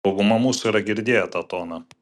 dauguma mūsų yra girdėję tą toną